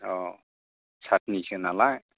औ सातनिसो नालाय